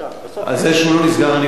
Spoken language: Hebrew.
זה שהוא לא נסגר אני יודע.